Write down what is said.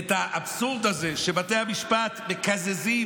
את האבסורד הזה שבתי המשפט מקזזים